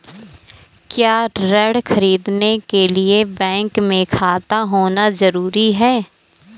क्या ऋण ख़रीदने के लिए बैंक में खाता होना जरूरी है?